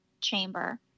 chamber